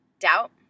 doubt